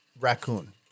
raccoon